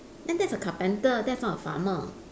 then that's a carpenter that's not a farmer